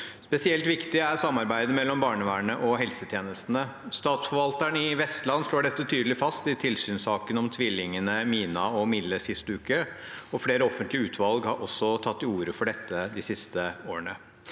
Spesielt viktig er samarbeid mellom barnevernet og helsetjenestene. Statsforvalteren i Vestland slår dette tydelig fast i tilsynssaken om tvillingene Mina og Mille sist uke. Flere offentlige utvalg har også tatt til orde for dette de siste årene.